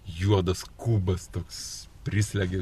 juodas kubas toks prislegia